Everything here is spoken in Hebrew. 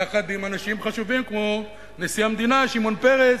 יחד עם אנשים חשובים, כמו נשיא המדינה שמעון פרס,